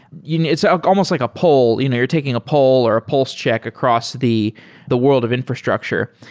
you know it's ah almost like pull. you know you're taking a pull or a pulls check across the the world of infrastructure.